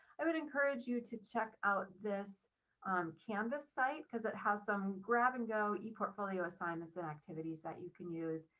i would encourage you to check out this canvas site because it has some grab and go eportfolio assignments and activities that you can use.